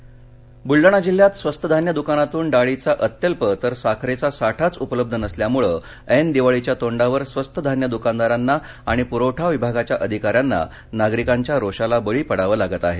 धान्य तुटवडा बुलडाणा जिल्ह्यात स्वस्त धान्य दुकानातून डाळीचा अत्यल्प तर साखरेचा साठाच उपलब्ध नसल्यामुळे ऐन दिवाळीच्या तोंडावर स्वस्त धान्य दुकानदारांना आणि पुरवठा विभागाच्या अधिकाऱ्यांना नागरिकांच्या रोषाला बळी पडावं लागत आहे